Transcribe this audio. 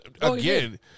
again